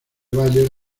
bayer